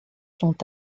sont